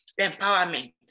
Empowerment